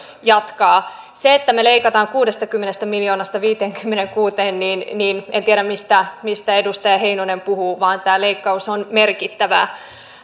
jatkaa me leikkaamme kuudestakymmenestä miljoonasta viiteenkymmeneenkuuteen en tiedä mistä mistä edustaja heinonen puhuu vaan tämä leikkaus on merkittävä